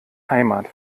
heimat